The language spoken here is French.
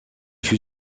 fut